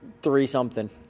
Three-something